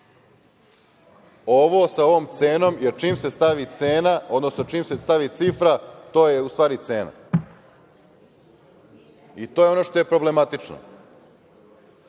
Ovo sa ovom cenom, jer čim se stavi cena, odnosno čim se stavi cifra to je u stvari cena. To je ono što je problematično. Umesto